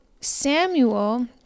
Samuel